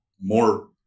more